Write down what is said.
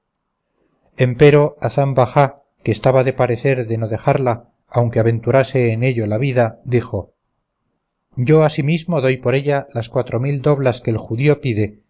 su tienda empero hazán bajá que estaba de parecer de no dejarla aunque aventurase en ello la vida dijo yo asimismo doy por ella las cuatro mil doblas que el judío pide